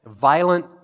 violent